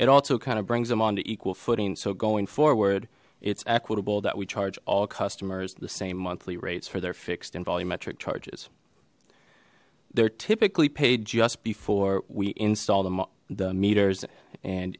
it also kind of brings them onto equal footing so going forward it's equitable that we charge all customers the same monthly rates for their fixed and volumetric charges they're typically paid just before we install them the meters and